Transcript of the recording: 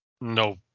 no